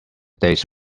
days